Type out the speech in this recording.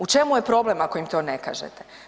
U čemu je problem ako im to ne kažete?